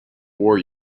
war